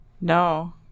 No